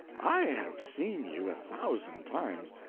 i have seen you a thousand times,